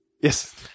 Yes